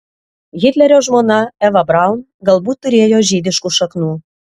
hitlerio žmona eva braun galbūt turėjo žydiškų šaknų